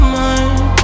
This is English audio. mind